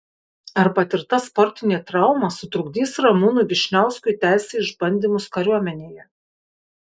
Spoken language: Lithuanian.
ar patirta sportinė trauma sutrukdys ramūnui vyšniauskui tęsti išbandymus kariuomenėje